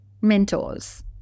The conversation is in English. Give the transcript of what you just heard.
mentors